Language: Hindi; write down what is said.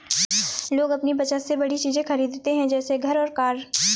लोग अपनी बचत से बड़ी चीज़े खरीदते है जैसे घर और कार